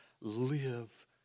live